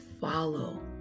follow